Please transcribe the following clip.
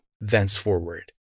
thenceforward